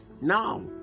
now